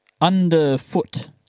underfoot